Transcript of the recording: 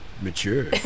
mature